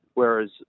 whereas